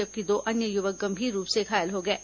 जबकि दो अन्य युवक गंभीर रूप से घायल हो गए हैं